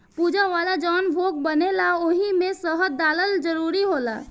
पूजा वाला जवन भोग बनेला ओइमे शहद डालल जरूरी होला